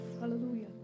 Hallelujah